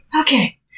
Okay